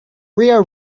rio